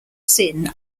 sin